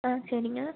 ஆ சரிங்க